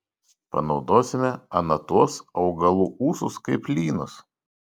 panaudosime ana tuos augalų ūsus kaip lynus